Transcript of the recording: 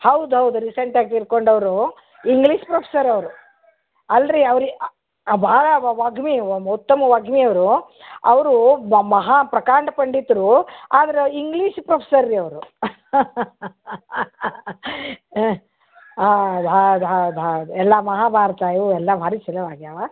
ಹೌದು ಹೌದು ರೀಸೆಂಟಾಗಿ ತೀರಿಕೊಂಡವ್ರು ಇಂಗ್ಲೀಷ್ ಪ್ರೊಫ್ಸರ್ ಅವರು ಅಲ್ರಿ ಅವ್ರು ಭಾಳ ವಾಗ್ಮಿ ಅವು ಉತ್ತಮ ವಾಗ್ಮಿ ಅವರು ಅವ್ರು ಬ ಮಹಾ ಪ್ರಕಾಂಡ ಪಂಡಿತರು ಆದ್ರೆ ಇಂಗ್ಲೀಷ್ ಪ್ರೊಫ್ಸರ್ ರೀ ಅವರು ಆಂ ಹೌದು ಹೌದು ಹೌದು ಹೌದು ಎಲ್ಲ ಮಹಾಭಾರತ ಇವು ಎಲ್ಲ ಭಾರೀ ಚೊಲೋ ಆಗಿವೆ